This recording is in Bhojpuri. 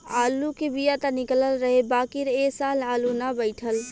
आलू के बिया त निकलल रहे बाकिर ए साल आलू ना बइठल